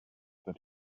that